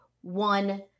one